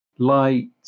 light